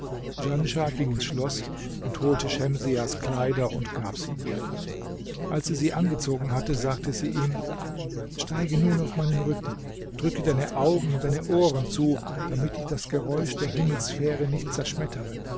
ging ins schloß und holte schemsiahs kleider und gab sie ihr als sie sie angezogen hatte sagte sie ihm steige nun auf meinen rücken drücke deine augen und deine ohren zu damit dich das geräusch der himmelssphäre nicht zerschmettere